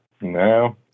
No